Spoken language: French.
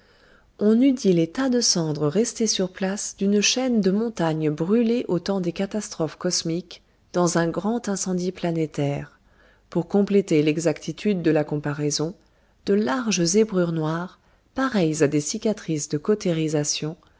on eût dit les tas des cendres restés sur glace d'une chaîne de montagnes brûlée au temps des catastrophes cosmiques dans un grand incendie planétaire pour compléter l'exactitude de la comparaison de larges zébrures noires pareilles à des cicatrices de